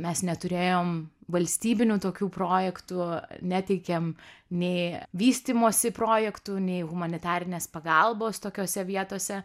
mes neturėjom valstybinių tokių projektų neteikėm nei vystymosi projektų nei humanitarinės pagalbos tokiose vietose